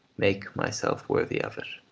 make myself worthy of it.